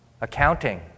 Accounting